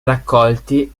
raccolti